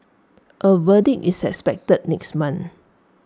A verdict is expected next month